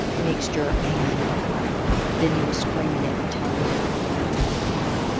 mixture. and then he was screaming at me, telling me how it burned, and how he hurt,